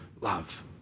love